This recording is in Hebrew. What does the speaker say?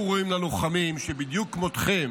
היו ראויים ללוחמים, שבדיוק כמותכם